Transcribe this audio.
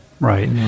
Right